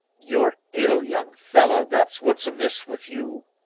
you're ill, young fellah, that's what's amiss with you,